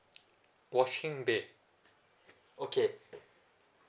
washing bay okay